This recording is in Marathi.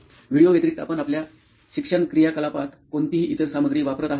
व्हिडिओंव्यतिरिक्त आपण आपल्या शिक्षण क्रियाकलापात कोणतीही इतर सामग्री वापरत आहात